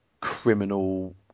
criminal